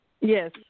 Yes